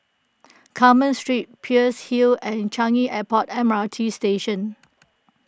Carmen Street Peirce Hill and Changi Airport M R T Station